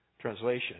translation